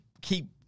keep